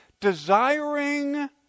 desiring